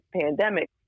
pandemic